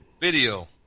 video